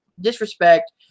disrespect